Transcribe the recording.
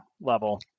level